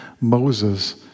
Moses